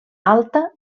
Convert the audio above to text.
alta